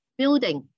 building